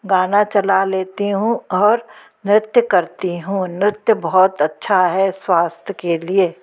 गाना चला लेती हूँ और नृत्य करती हूँ नृत्य बहुत अच्छा है स्वास्थ्य के लिए